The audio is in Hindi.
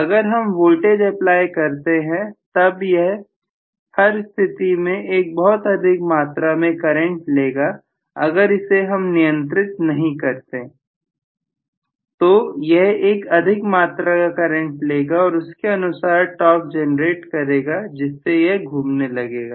अगर हम वोल्टेज अप्लाई करते हैं तब यह हर स्थिति में एक बहुत अधिक मात्रा में करंट लेगा अगर इसे हम नियंत्रित नहीं करते तो यह एक अधिक मात्रा का करंट लेगा और उसके अनुसार टॉर्क जनरेट करेगा जिससे यह घूमने लगेगा